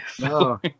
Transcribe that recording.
No